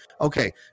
okay